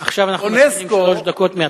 עכשיו אנחנו מתחילים שלוש דקות מהתחלה.